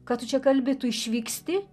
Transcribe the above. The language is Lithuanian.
ką tu čia kalbi tu išvyksti